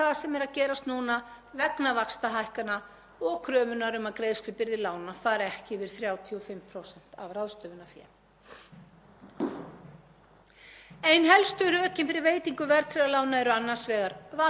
Ein helstu rökin fyrir veitingu verðtryggðra lána eru annars vegar valfrelsi og hins vegar að sumir standist ekki greiðslumat fyrir öðru en verðtryggðum lánum þannig að þau séu sérstaklega fyrir þau verst stöddu.